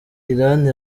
irani